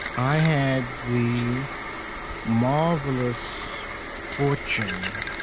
i had the marvelous fortune,